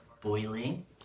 boiling